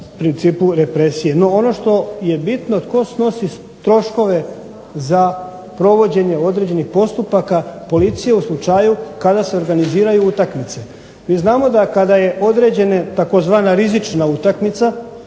principu represije. No, ono što je bitno tko snosi troškove za provođenje određenih postupaka policije u slučaju kada se organiziraju utakmice. Mi znamo da kada je određena tzv. rizična utakmica